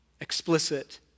Explicit